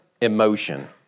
emotion